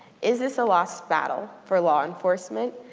is this a lost battle for law enforcement?